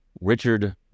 Richard